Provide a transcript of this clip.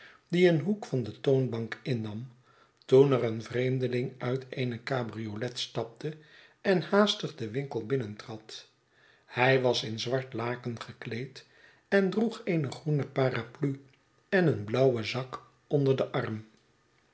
die een hoek van de toonbank innam toen er een vreemdeling uit eene cabriolet stapte en haastig den winkel binnentrad hij was in zwart laken gekleed en droeg eene groene paraplu en een blauwen zak onder den arm